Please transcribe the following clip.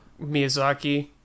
Miyazaki